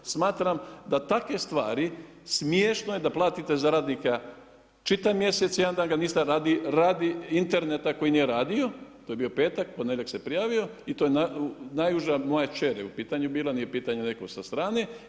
Smatram da takve stvari, smješno je da platite za radnika čitav mjesec, jedan dan ga niste radi interneta koji nije radio, to je bio petak, u ponedjeljak se prijavio, i to je najuža, moja kćer je u pitanju bila, nije u pitanju netko sa strane.